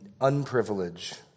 unprivileged